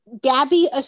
Gabby